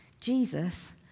Jesus